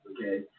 Okay